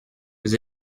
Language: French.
vous